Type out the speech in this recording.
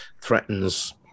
threatens